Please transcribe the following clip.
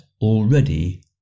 already